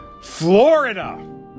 Florida